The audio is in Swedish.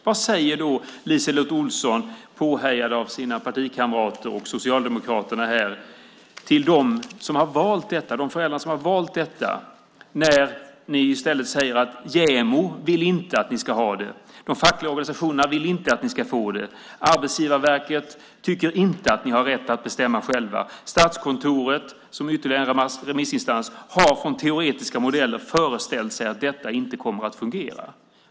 Vad säger då LiseLotte Olsson, påhejad av sina partikamrater och Socialdemokraterna, till de föräldrar som har valt detta? Hon säger i stället: JämO vill inte att ni ska ha det. De fackliga organisationerna vill inte att ni ska få det. Arbetsgivarverket tycker inte att ni har rätt att bestämma själva. Statskontoret, som är ytterligare en remissinstans, har från teoretiska modeller föreställt sig att detta inte kommer att fungera.